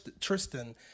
Tristan